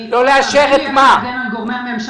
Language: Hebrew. זה עניין של פטור ממס